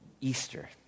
Easter